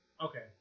okay